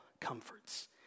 comforts